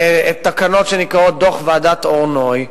תקנות שנקראות "דוח ועדת-אור-נוי",